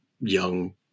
young